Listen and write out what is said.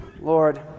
Lord